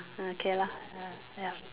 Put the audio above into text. ah K lah ah ya